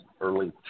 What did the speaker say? early